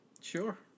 Sure